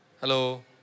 Hello